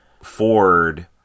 Ford